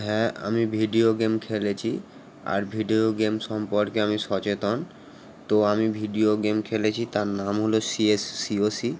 হ্যাঁ আমি video game খেলেছি আর ভিডিও গেম সম্পর্কে আমি সচেতন তো আমি ভিডিও গেম খেলেছি তার নাম হলো সিএসসিওসি